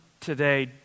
today